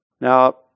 Now